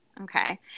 Okay